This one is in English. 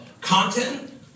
content